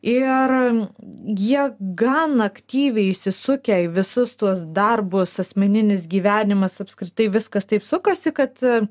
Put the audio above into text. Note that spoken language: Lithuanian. ir jie gan aktyviai įsisukę į visus tuos darbus asmeninis gyvenimas apskritai viskas taip sukasi kad